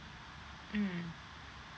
mm